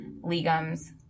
legumes